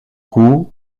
coup